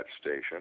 station